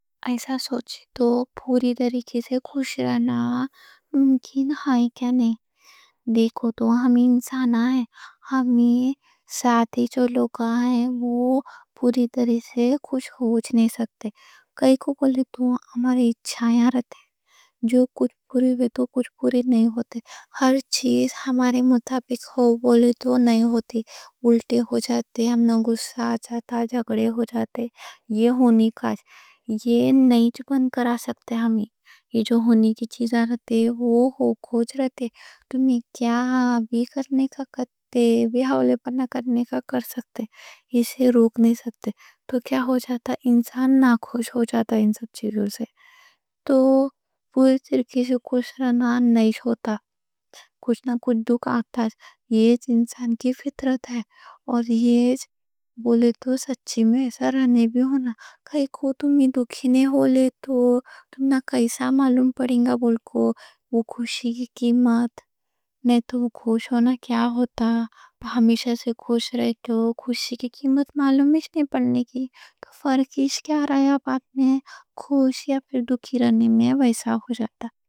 ایسا سوچو تو پورے طریقے سے خوش رہنا ممکن ہے کیا؟ نہیں۔ دیکھو تو ہم انسان ہیں۔ ہمنا ساتھے جو لوگ ہیں وہ پورے طریقے سے خوش ہو نہیں سکتے۔ کائیں کوں بولے تو ہماری اچھائیاں رہتی ہیں۔ جو کچھ پوری ہو تو کچھ پوری نہیں ہوتے۔ ہر چیز ہمارے مطابق ہو بولے تو نہیں ہوتی۔ الٹے ہو جاتے، ہمنا غصہ آ جاتا، جگڑے ہو جاتے۔ یہ ہونی کائیں، یہ نئی جبراً کرا سکتے ہم۔ یہ جو ہونی کی چیزیں رہتی، وہ ہو کے رہتی۔ تم کیا بھی کرنے کا کرو، بولے پر نہ کرنے کا کرے بھی، اسے روک نہیں سکتے۔ تو کیا ہو جاتا؟ انسان نا خوش ہو جاتا ان سب چیزوں سے۔ تو پورے طریقے سے خوش رہنا نہیں ہوتا۔ کچھ نہ کچھ دکھ آتا۔ یہ انسان کی فطرت ہے۔ اور بولے تو سچی میں ایسا رہنے کچھ بھی ہونا۔ کائیں کوں تم دکھی نئی ہوے تو تمھکو کیسا معلوم پڑے گا بول کے خوشی کی قیمت؟ خوشی سے رہنا کیا ہوتا؟ خوشی کی قیمت پتہ ہی نہیں چلے گی تو پتہ کیسا چلے گا، خوش یا دکھی رہنے میں ویسا ہو جاتا۔